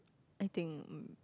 I think